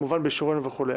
כמובן באישורינו וכו'.